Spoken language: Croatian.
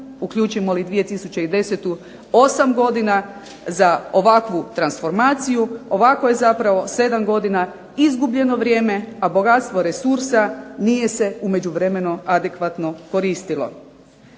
uključimo li i 2009. 8 godina za ovakvu transformaciju, ovako je ustvari 7 godina izgubljeno vrijeme, a bogatstvo resursa nije se u međuvremenu adekvatno koristilo.